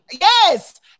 yes